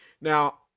Now